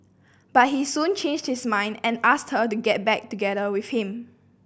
but he soon changed his mind and asked her to get back together with him